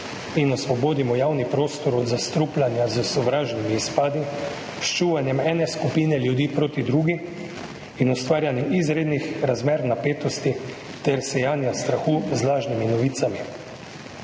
in osvobodimo javni prostor od zastrupljanja s sovražnimi izpadi s ščuvanjem ene skupine ljudi proti drugi in ustvarjanjem izrednih razmer, napetosti ter sejanja strahu z lažnimi novicami.